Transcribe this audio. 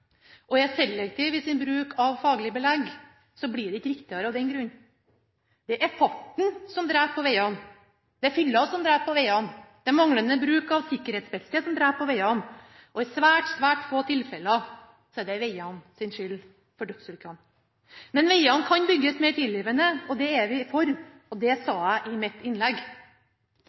og er selektiv i sin bruk av faglig belegg, blir det ikke riktigere av den grunn. Det er farten som dreper på vegene. Det er fylla som dreper på vegene. Det er manglende bruk av sikkerhetsbelte som dreper på vegene. I svært, svært få tilfeller er dødsulykkene vegenes skyld. Vegene kan bygges mer tilgivende, og det er vi for, og det sa jeg i mitt innlegg.